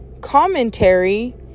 commentary